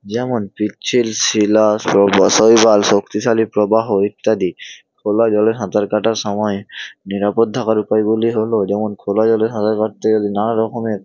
যেমন পিচ্ছিল শিলা শৈবাল শক্তিশালী প্রবাহ ইত্যাদি খোলা জলে সাঁতার কাটার সময়ে নিরাপদ থাকার উপায়গুলি হল যেমন খোলা জলে সাঁতার কাটতে গেলে নানা রকমের